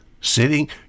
sitting